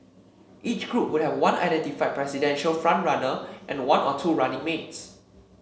each group would have one identified presidential front runner and one or two running mates